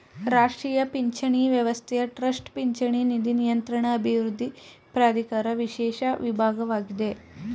ರಾಷ್ಟ್ರೀಯ ಪಿಂಚಣಿ ವ್ಯವಸ್ಥೆಯ ಟ್ರಸ್ಟ್ ಪಿಂಚಣಿ ನಿಧಿ ನಿಯಂತ್ರಣ ಅಭಿವೃದ್ಧಿ ಪ್ರಾಧಿಕಾರ ವಿಶೇಷ ವಿಭಾಗವಾಗಿದೆ